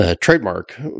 trademark